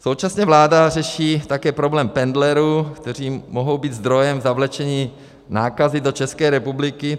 Současně vláda řeší také problém pendlerů, kteří mohou být zdrojem zavlečení nákazy do České republiky.